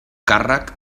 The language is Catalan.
càrrec